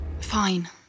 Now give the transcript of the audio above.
Fine